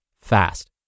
fast